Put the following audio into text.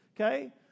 Okay